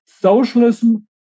socialism